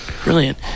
Brilliant